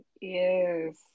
Yes